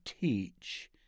teach